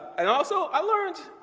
and also i learned,